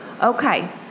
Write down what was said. Okay